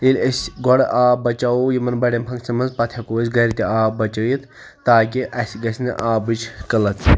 ییٚلہِ أسۍ گۄڈٕ آب بَچاوٗو یِمَن بَڑیٚن فَنٛکشَنن منٛز پَتہٕ ہیٚکو أسۍ گَھرِ تہِ آب بَچٲیِتھ تاکہِ اسہِ گژھہِ نہٕ آبٕچۍ قٕلت